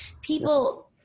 people –